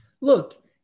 Look